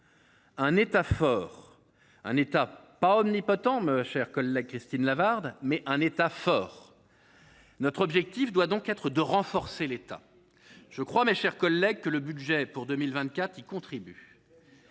un État, non pas omnipotent, chère Christine Lavarde, mais fort. Notre objectif doit donc être de renforcer l’État. Je crois, mes chers collègues, que le budget pour 2024 y contribue.